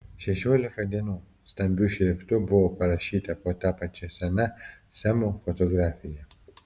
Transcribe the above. šešiolika dienų stambiu šriftu buvo parašyta po ta pačia sena semo fotografija